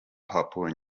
papua